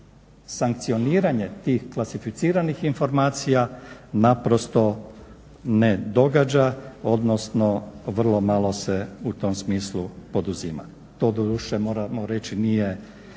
sankcioniranjem tih klasificiranih informacija naprosto ne događa, odnosno vrlo malo se u tom smislu poduzima. To doduše moramo reći nije